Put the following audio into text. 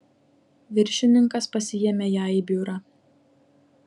viršininkas pasiėmė ją į biurą